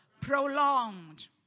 prolonged